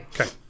Okay